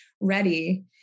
ready